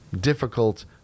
difficult